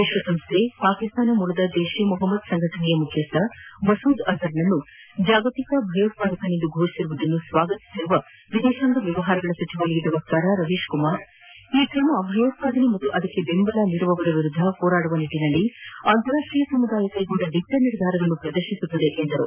ವಿಶ್ವಸಂಸ್ದೆ ಪಾಕಿಸ್ತಾನ ಮೂಲದ ಜೈಷ್ ಎ ಮೊಹ್ಮದ್ ಸಂಘಟನೆಯ ಮುಖ್ಯಸ್ದ ಮಸೂದ್ ಅಜರ್ನನ್ನು ಜಾಗತಿಕ ಭಯೋತ್ವಾದಕನೆಂದು ಫೋಷಿಸಿರುವುದನ್ನು ಸ್ವಾಗತಿಸಿರುವ ವಿದೇಶಾಂಗ ವ್ಯವಹಾರಗಳ ಸಚಿವಾಲಯದ ವಕ್ತಾರ ರವೀಶ್ ಕುಮಾರ್ ಈ ಕ್ರಮ ಭಯೋತ್ವಾದನೆ ಮತ್ತು ಅದಕ್ಕೆ ಬೆಂಬಲ ನೀಡುವವರ ವಿರುದ್ದ ಹೋರಾಡುವ ನಿಟ್ಟಿನಲ್ಲಿ ಅಂತಾರಾಷ್ಟೀಯ ಸಮುದಾಯ ಕ್ಷೆಗೊಂಡ ದಿಟ್ಟ ನಿರ್ಧಾರವನ್ನು ಪ್ರದರ್ಶಿಸುತ್ತದೆ ಎಂದರು